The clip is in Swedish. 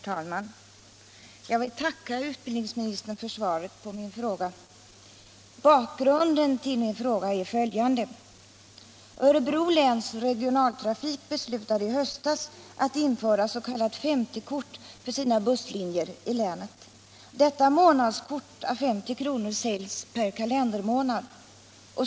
Herr talman! Jag vill tacka utbildningsministern för svaret. Bakgrunden till min fråga är följande: Örebro läns regionaltrafik beslutade i höstas att införa s.k. 50-kort för sina busslinjer i länet. Detta månadskort å 50 kr. säljs per kalendermånad.